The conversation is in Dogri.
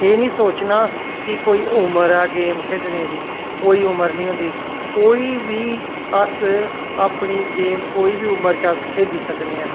एह् निं सोचना कि कोई उमर ऐ गेम खेढने दी कोई उमर नेईं होंदी कोई बी अस अपनी गेम कोई बी उमर च अस खेढी सकने आं